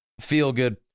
feel-good